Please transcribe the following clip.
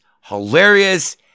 hilarious